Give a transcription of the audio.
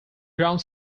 ground